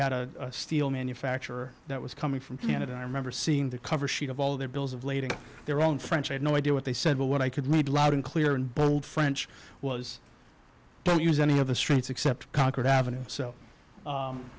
had a steel manufacturer that was coming from canada i remember seeing the cover sheet of all their bills of lading their own french i had no idea what they said well what i could read loud and clear in bold french was don't use any of the streets except concord avenue so